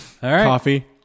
Coffee